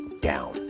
down